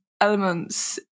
elements